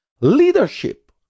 Leadership